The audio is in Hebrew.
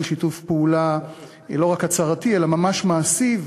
שיתוף פעולה לא רק הצהרתי אלא ממש מעשי,